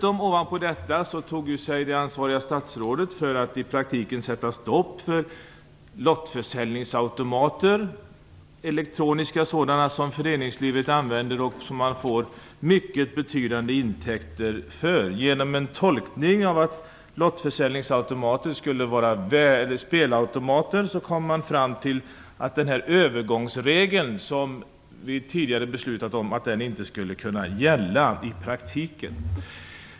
Ovanpå detta tog sig det ansvariga statsrådet för att i praktiken sätta stopp för elektroniska lottförsäljningsautomater som föreningslivet använder och som ger mycket betydande intäkter. Genom att tolka det som att lottförsäljningsautomaterna skulle vara spelautomater kom statsrådet fram till att den övergångsregel som vi tidigare beslutat om inte skulle kunna gälla i praktiken.